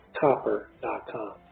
copper.com